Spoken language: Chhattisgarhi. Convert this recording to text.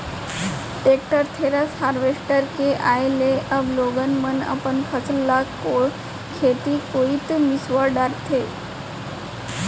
टेक्टर, थेरेसर, हारवेस्टर के आए ले अब लोगन मन अपन फसल ल खेते कोइत मिंसवा डारथें